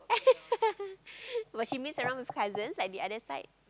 but she mix around with cousins like the other side